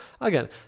Again